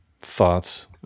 thoughts